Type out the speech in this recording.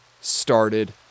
started